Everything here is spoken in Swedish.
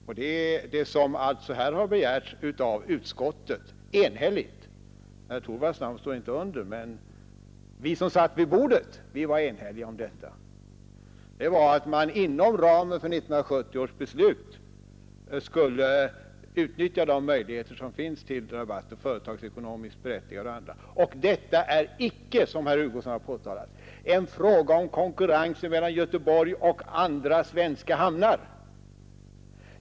Vad utskottet här enhälligt har begärt — herr Torwalds namn står inte under betänkandet men vi som satt vid bordet i utskottet var eniga om det — är att man inom ramen för 1970 års beslut skulle utnyttja de möjligheter som finns att ge företagsekonomiskt berättigade och andra rabatter. Detta är icke, som herr Hugosson har påtalat, en fråga om konkurrens mellan Göteborg och andra svenska hamnar.